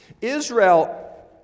Israel